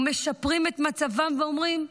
ומשפרים את מצבם ואומרים: